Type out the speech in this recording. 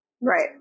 Right